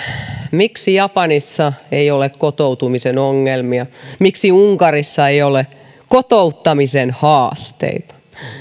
miksi japanissa ei ole kotoutumisen ongelmia miksi unkarissa ei ole kotouttamisen haasteita